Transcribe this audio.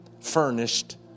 furnished